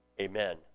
amen